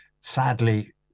sadly